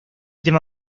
tema